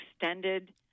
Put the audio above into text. extended